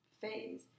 phase